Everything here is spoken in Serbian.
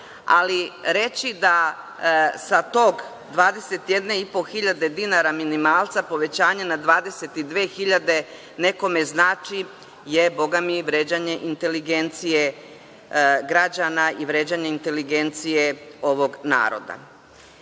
ali reći da sa te 21 i po hiljade dinara minimalca povećanje na 22 hiljade nekome znači je bogami vređanje inteligencije građana i vređanje inteligencije ovog naroda. Ne